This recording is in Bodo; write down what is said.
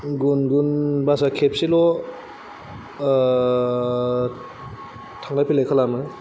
गुनगुन बासा खेबसेल' थांलाय फैलाय खालामो